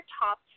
top